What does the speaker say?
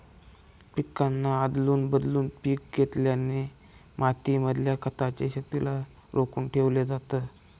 पिकांना आदलून बदलून पिक घेतल्याने माती मधल्या खताच्या शक्तिला रोखून ठेवलं जातं